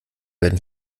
werden